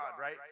right